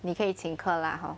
你可以请客啦 hor